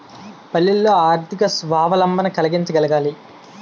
పల్లెల్లో ఆర్థిక స్వావలంబన కలిగించగలగాలి